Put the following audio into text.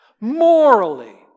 morally